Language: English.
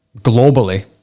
globally